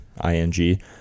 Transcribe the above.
I-N-G